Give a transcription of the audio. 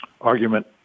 argument